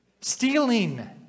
Stealing